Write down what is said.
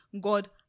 God